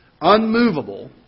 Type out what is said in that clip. unmovable